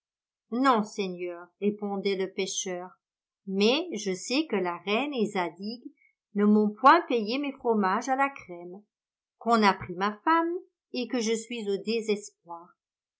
non seigneur répondait le pêcheur mais je sais que la reine et zadig ne m'ont point payé mes fromages à la crème qu'on a pris ma femme et que je suis au désespoir